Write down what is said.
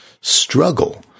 struggle